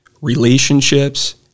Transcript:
relationships